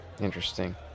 interesting